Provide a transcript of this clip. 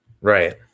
Right